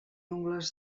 ungles